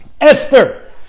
Esther